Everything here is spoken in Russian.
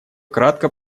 кратко